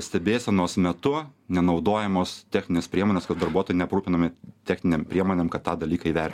stebėsenos metu nenaudojamos techninės priemonės kad darbuotojai neaprūpinami techninėm priemonėm kad tą dalyką įver